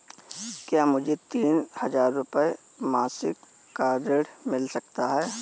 क्या मुझे तीन हज़ार रूपये मासिक का ऋण मिल सकता है?